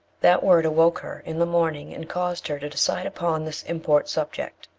that word awoke her in the morning, and caused her to decide upon this import subject.